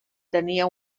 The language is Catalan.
tenia